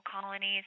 colonies